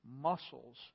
muscles